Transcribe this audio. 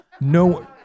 no